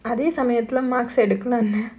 அதே சமயத்துல:athae samayathula marks எடுக்குனு:edukkunu